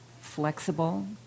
flexible